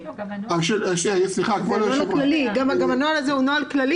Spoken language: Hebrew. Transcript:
צריך לזכור שזה נוהל כללי